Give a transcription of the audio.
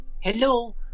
Hello